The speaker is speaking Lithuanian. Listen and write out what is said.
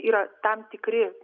yra tam tikri